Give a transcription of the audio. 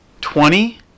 Twenty